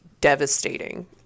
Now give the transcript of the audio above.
devastating